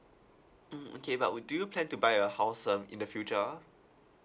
mm okay but would do you plan to buy a house um in the future